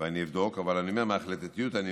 ואני אבדוק, אבל אני אומר שמההחלטיות הבנתי